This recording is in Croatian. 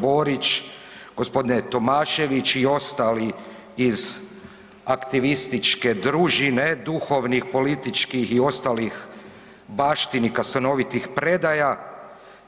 Borić, g. Tomašević i ostali iz aktivističke družine duhovnih političkih i ostalih baštinika stanovitih predaja,